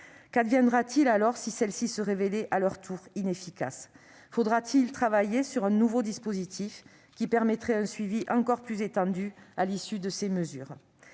Qu'adviendra-t-il si celles-ci se révélaient à leur tour inefficaces ? Faudra-t-il travailler sur un nouveau dispositif qui permettrait un suivi encore plus étendu à l'issue de ces mesures ?